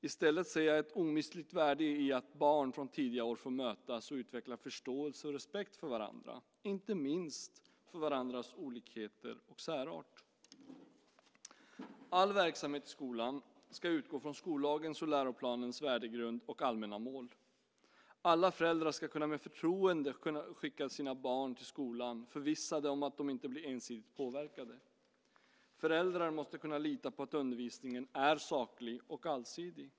I stället ser jag ett omistligt värde i att barn från tidiga år får mötas och utveckla förståelse och respekt för varandra, inte minst för varandras olikheter och särart. All verksamhet i skolan ska utgå från skollagens och läroplanernas värdegrund och allmänna mål. Alla föräldrar ska med förtroende kunna skicka sina barn till skolan, förvissade om att de inte blir ensidigt påverkade. Föräldrar måste kunna lita på att undervisningen är saklig och allsidig.